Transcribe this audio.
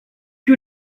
que